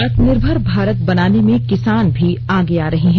आत्मनिर्भर भारत बनाने में किसान मी आगे आ रहे हैं